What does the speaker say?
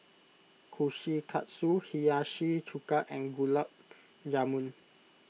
Kushikatsu Hiyashi Chuka and Gulab Jamun